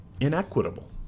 inequitable